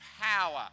power